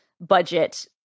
budget